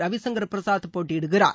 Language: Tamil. ரவிசங்கர் பிரசாத் போட்யிடுகிறார்